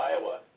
Iowa